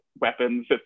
weapons